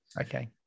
Okay